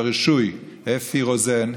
הרישוי אפי רוזן,